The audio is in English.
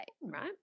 right